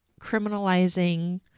criminalizing